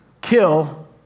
kill